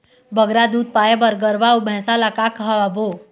बगरा दूध पाए बर गरवा अऊ भैंसा ला का खवाबो?